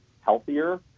healthier